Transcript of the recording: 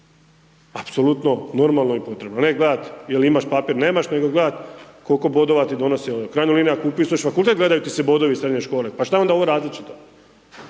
Apsolutno normalno i potrebno, ne gledat jel imaš papir, nemaš, nego gledat koliko bodova ti donose ovo. U krajnjoj liniji ako upisuješ fakultet, gledaju ti se bodovi iz srednje škole, pa šta je onda ovo različito?